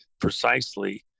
precisely